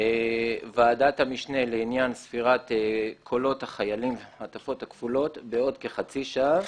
ועדת המשנה לעניין ספירת קולות החיילים והמעטפות הכפולות בעוד כחצי שעה.